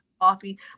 coffee